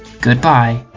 Goodbye